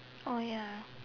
ya